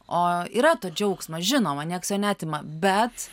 o yra to džiaugsmo žinoma nieks jo neatima bet